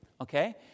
Okay